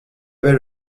avait